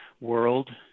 world